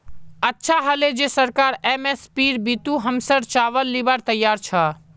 अच्छा हले जे सरकार एम.एस.पीर बितु हमसर चावल लीबार तैयार छ